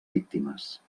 víctimes